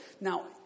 Now